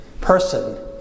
person